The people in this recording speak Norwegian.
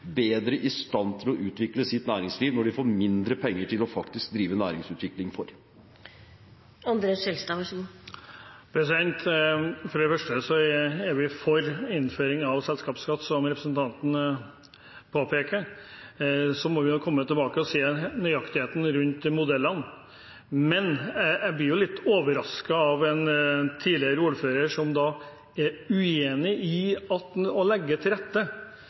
bedre i stand til å utvikle sitt næringsliv, når de faktisk får mindre penger til å drive næringsutvikling for? For det første så er vi for innføring av selskapsskatt, som representanten påpeker, og så må vi jo komme tilbake og se på nøyaktigheten rundt modellene. Men jeg blir jo litt overrasket over en tidligere ordfører som er uenig i at det å legge til rette